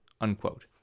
unquote